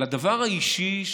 על הדבר האישי,